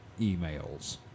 emails